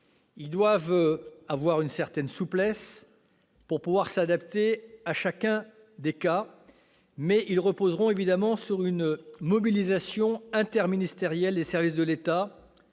doivent présenter une certaine souplesse pour pouvoir s'adapter à chacun des cas, mais ils reposeront évidemment sur une mobilisation interministérielle des services nationaux,